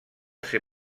ser